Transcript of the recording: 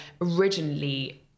originally